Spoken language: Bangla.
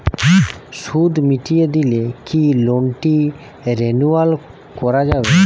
সুদ মিটিয়ে দিলে কি লোনটি রেনুয়াল করাযাবে?